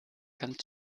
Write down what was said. ganz